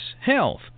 health